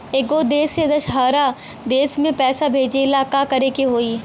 एगो देश से दशहरा देश मे पैसा भेजे ला का करेके होई?